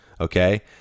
okay